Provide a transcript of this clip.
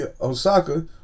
Osaka